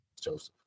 Joseph